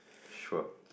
sure